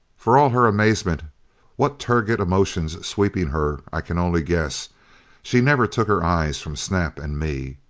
for all her amazement what turgid emotions sweeping her i can only guess she never took her eyes from snap and me.